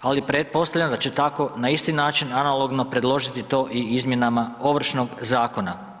ali pretpostavljam da će tako na isti način analogno predložiti to i izmjenama Ovršnog zakona.